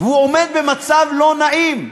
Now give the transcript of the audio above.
והוא עומד במצב לא נעים,